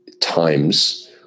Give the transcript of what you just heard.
times